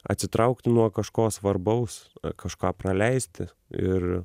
atsitraukti nuo kažko svarbaus kažką praleisti ir